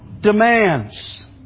demands